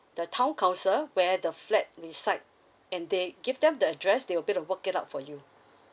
the town council where the flat reside and they give them the address they will bid and work it out for you